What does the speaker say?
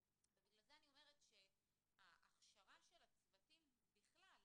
ובגלל זה אני אומרת שההכשרה של הצוותים בכלל,